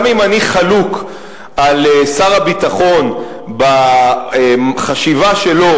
גם אם אני חלוק על שר הביטחון בחשיבה שלו,